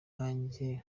nkanjye